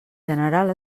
general